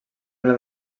una